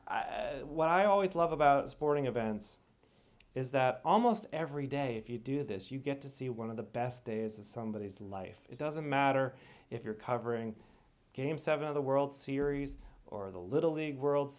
and what i always love about sporting events is that almost every day if you do this you get to see one of the best days of somebody's life it doesn't matter if you're covering game seven of the world series or the little league world